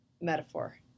metaphor